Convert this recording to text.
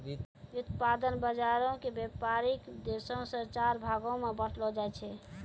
व्युत्पादन बजारो के व्यपारिक उद्देश्यो से चार भागो मे बांटलो जाय छै